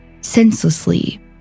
senselessly